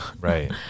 Right